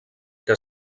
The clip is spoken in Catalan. que